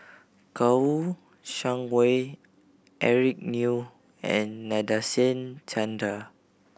Kouo Shang Wei Eric Neo and Nadasen Chandra